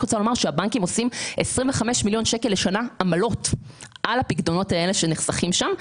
הבנקים עושים 25 מיליון שקל בשנה עמלות על הפיקדונות הללו שנחסכים שם.